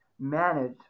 manage